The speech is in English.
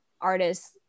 artists